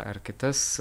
ar kitas